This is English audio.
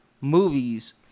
movies